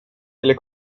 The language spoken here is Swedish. eller